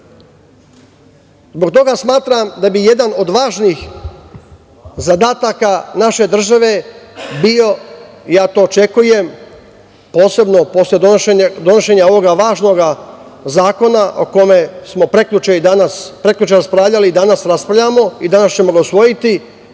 toga smatram da bi jedan od važnih zadataka naše države bio, ja to očekujem, posebno posle donošenja ovoga važnog zakona o kome smo prekjuče i danas raspravljali i danas ćemo ga usvojiti,